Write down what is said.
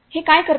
हे काय करते